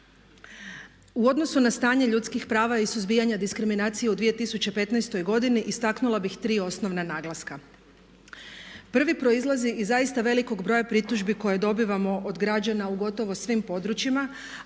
U odnosu na stanje ljudskih prava i suzbijanje diskriminacije u 2015. godini istaknula bih tri osnovna naglaska. Prvi proizlazi iz zaista velikog broja pritužbi koje dobivamo od građana u gotovo svim područjima